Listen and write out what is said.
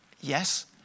Yes